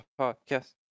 podcast